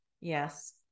Yes